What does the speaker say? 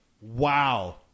Wow